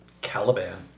Caliban